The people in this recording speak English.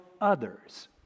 others